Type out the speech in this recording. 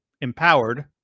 empowered